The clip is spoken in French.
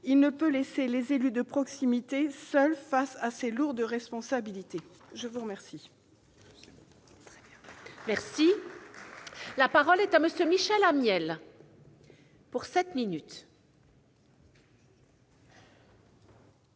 Il ne peut laisser les élus de proximité seuls face à ces lourdes responsabilités. La parole